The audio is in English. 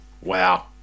Wow